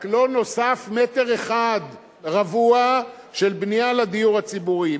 רק לא נוסף מטר אחד רבוע של בנייה לדיור הציבורי.